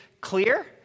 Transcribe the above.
clear